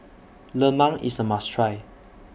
Lemang IS A must Try